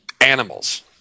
animals